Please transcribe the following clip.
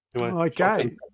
okay